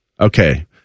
okay